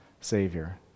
Savior